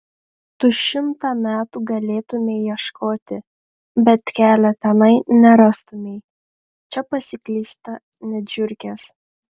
tu šimtą metų galėtumei ieškoti bet kelio tenai nerastumei čia pasiklysta net žiurkės